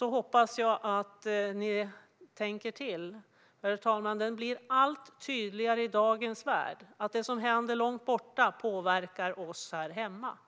hoppas jag att ni tänker till. Det blir allt tydligare i dagens värld att det som händer långt borta påverkar oss här hemma.